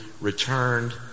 returned